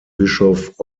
bischof